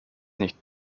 nicht